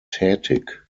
tätig